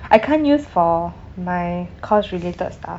I can't use for my course related stuff